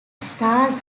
starred